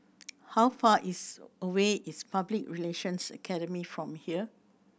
how far is away is Public Relations Academy from here